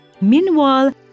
Meanwhile